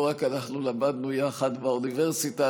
לא רק אנחנו למדנו ביחד באוניברסיטה,